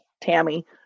Tammy